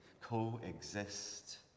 coexist